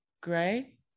gray